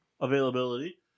availability